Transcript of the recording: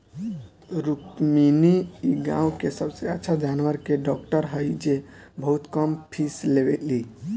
रुक्मिणी इ गाँव के सबसे अच्छा जानवर के डॉक्टर हई जे बहुत कम फीस लेवेली